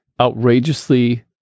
outrageously